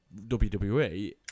WWE